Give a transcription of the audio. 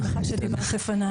ואני שמחה שדיברת לפניי.